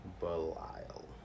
Belial